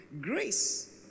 Grace